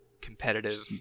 Competitive